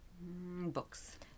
Books